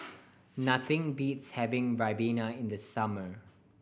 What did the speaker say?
nothing beats having ribena in the summer